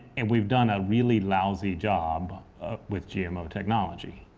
and we've done a really lousy job with gmo technology.